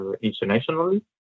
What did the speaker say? internationally